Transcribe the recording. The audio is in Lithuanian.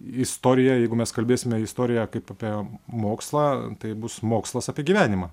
istorija jeigu mes kalbėsime istoriją kaip apie mokslą tai bus mokslas apie gyvenimą